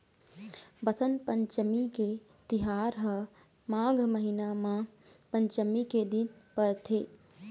बसंत पंचमी के तिहार ह माघ महिना म पंचमी के दिन परथे